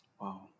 Wow